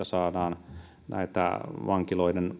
saadaan vankiloiden